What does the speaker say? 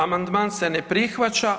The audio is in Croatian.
Amandman se ne prihvaća.